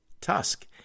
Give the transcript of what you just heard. Tusk